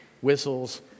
whistles